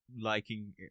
liking